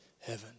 heaven